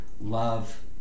love